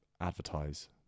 advertise